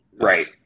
right